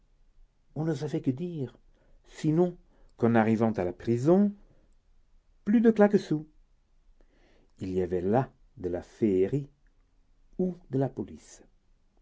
on ne savait que dire sinon qu'en arrivant à la prison plus de claquesous il y avait là de la féerie ou de la police